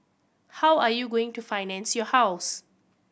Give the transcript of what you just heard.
how are you going to finance your house